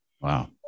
Wow